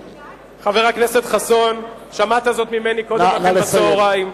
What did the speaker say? חבר הכנסת חסון, שמעת זאת ממני קודם לכן, בצהריים.